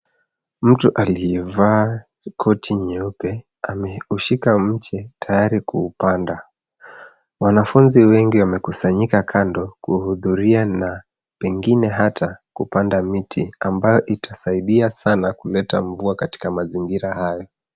Mtu aliyevaa koti nyeupe ameushika mti tayari kuupanda. Wanafunzi wengi wamekusanyika kando kuhudhuria na pengine hata kupanda miti ambayo itasaidia sana kuleta mvua katika mazingira hayo.